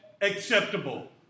acceptable